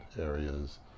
areas